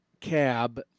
cab